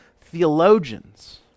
theologians